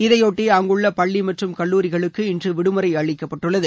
இதையொட்டி அங்குள்ள பள்ளி மற்றும் கல்லூரிகளுக்கு இன்று விடுமுறை அளிக்கப்பட்டுள்ளது